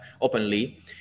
openly